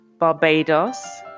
Barbados